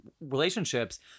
relationships